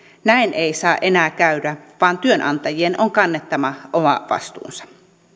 näin ei saa enää käydä vaan työnantajien on kannettava oma vastuunsa